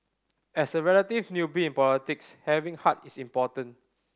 as a relative newbie in politics having heart is important